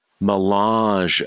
melange